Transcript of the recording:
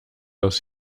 aus